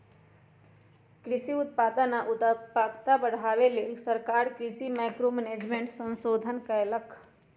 कृषि उत्पादन आ उत्पादकता बढ़ाबे लेल सरकार कृषि मैंक्रो मैनेजमेंट संशोधन कएलक